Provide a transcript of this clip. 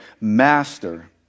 master